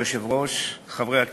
כבוד היושב-ראש, חברי הכנסת,